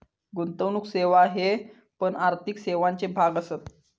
गुंतवणुक सेवा हे पण आर्थिक सेवांचे भाग असत